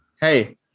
hey